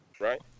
Right